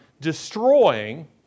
destroying